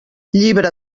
llibre